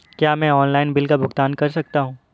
क्या मैं online bill का भुगतान कर सकता हूँ?